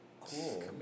Cool